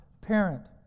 parent